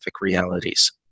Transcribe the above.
realities